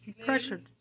Pressured